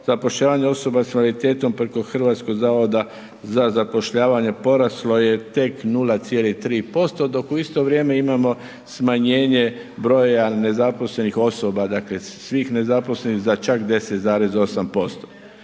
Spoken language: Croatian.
zapošljavanje osoba s invaliditetom preko Hrvatskog zavoda za zapošljavanje, poraslo je tek 0,3%, dok u isto vrijeme imamo smanjenje broja nezaposlenih osoba, dakle, svih nezaposlenih za čak 10,8%.